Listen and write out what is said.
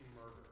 murder